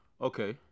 Okay